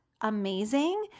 Amazing